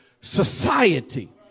society